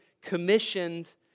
commissioned